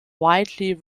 widely